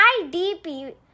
IDP